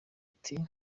ati